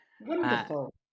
wonderful